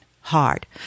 hard